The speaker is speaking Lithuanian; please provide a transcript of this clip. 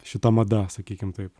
šita mada sakykim taip